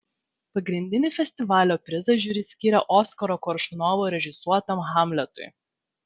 pagrindinį festivalio prizą žiuri skyrė oskaro koršunovo režisuotam hamletui